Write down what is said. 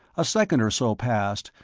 a second or so passed,